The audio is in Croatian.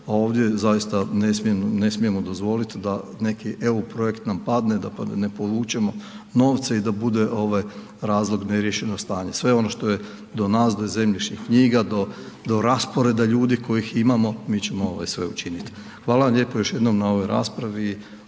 ovdje zaista ne smijemo dozvoliti da neki EU projekt nam padne, da ne povučemo novce i da bude razlog neriješeno stanje. Sve ono što je do nas, do zemljišnih knjiga, do rasporeda ljudi kojih imamo, mi ćemo sve učiniti. Hvala vam lijepo još jednom na ovoj raspravi,